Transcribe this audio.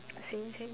same same